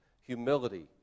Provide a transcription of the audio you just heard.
humility